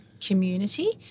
community